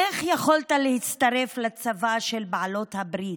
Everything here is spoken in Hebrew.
איך יכולת להצטרף לצבא של בעלות הברית,